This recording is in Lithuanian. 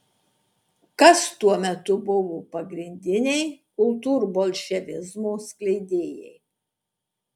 kas tuo metu buvo pagrindiniai kultūrbolševizmo skleidėjai